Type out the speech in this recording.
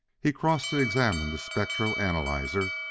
he crossed to examine the spectro-analyzer,